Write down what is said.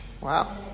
Wow